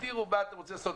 תגדירו מה אתם רוצים לעשות.